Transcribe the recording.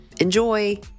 Enjoy